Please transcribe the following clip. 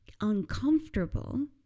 uncomfortable